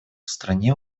стране